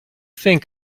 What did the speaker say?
think